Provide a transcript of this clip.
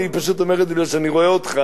אני אומר את זה כי אני רואה אותך,